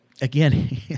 again